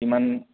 ইমান